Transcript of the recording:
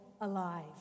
alive